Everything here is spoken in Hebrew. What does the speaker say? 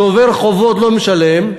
צובר חובות, לא משלם.